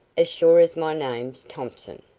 as sure as my name's thompson.